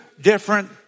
different